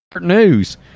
news